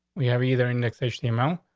we have either an exceptional amount,